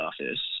office